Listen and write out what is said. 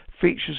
features